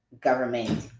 government